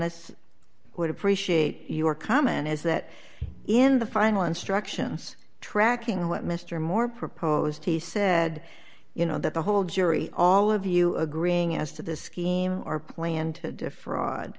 this would appreciate your comment is that in the final instructions tracking what mr moore proposed he said you know that the whole jury all of you agreeing as to the scheme or plan to defraud